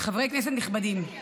חברי כנסת נכבדים, חבריי,